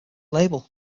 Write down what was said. label